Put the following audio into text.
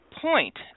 point